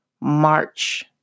March